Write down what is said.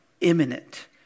imminent